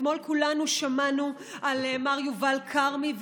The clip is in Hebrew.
אתמול כולנו שמענו על מר יובל כרמי.